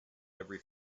every